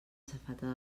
safata